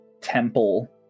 temple